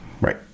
Right